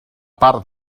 part